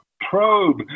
probe